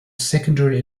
secondary